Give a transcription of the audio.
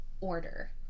order